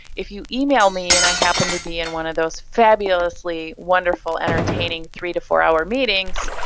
if you email me and i happen to be in one of those fabulously wonderful entertaining three to four-hour meetings